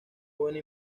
buena